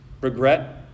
regret